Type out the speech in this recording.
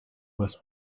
was